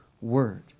Word